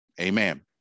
Amen